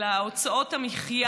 אלא הוצאות המחיה,